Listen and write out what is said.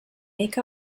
make